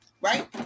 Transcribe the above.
right